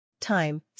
Time